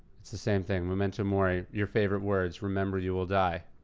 it's the same thing, memento mori, your favorite words, remember you will die.